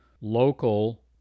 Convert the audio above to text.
local